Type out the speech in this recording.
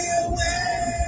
away